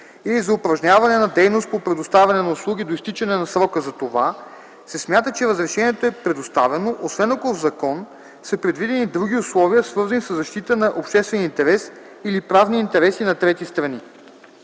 или за упражняване на дейност по предоставяне на услуги до изтичане на срока за това, се смята, че разрешението е предоставено, освен ако в закон са предвидени други условия, свързани със защита на обществения интерес или правни интереси на трети страни.”